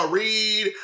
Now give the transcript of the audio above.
read